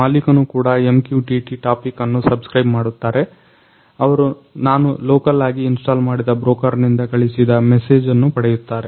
ಮಾಲಿಕನೂ ಕೂಡ MQTT topic ಅನ್ನು subscribe ಮಾಡುತ್ತಾರೆ ಅವರು ನಾನು ಲೋಕಲ್ ಆಗಿ ಇನ್ಸ್ಟಾಲ್ ಮಾಡಿದ ಬ್ರೋಕರ್ ನಿಂದ ಕಳಿಸಿದ ಮೆಸೇಜ್ ಅನ್ನು ಪಡೆಯುತ್ತಾರೆ